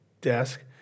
desk